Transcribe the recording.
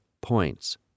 points